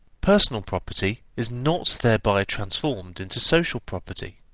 personal property is not thereby transformed into social property.